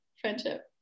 friendship